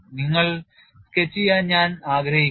നിങ്ങൾ സ്കെച്ച് ചെയ്യാൻ ഞാൻ ആഗ്രഹിക്കുന്നു